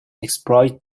exploit